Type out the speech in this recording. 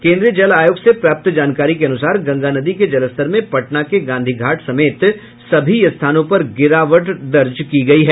केंद्रीय जल आयोग से प्राप्त जानकारी के अनुसार गंगा नदी के जलस्तर में पटना के गांधीघाट समेत सभी स्थानों पर गिरावट दर्ज की गई है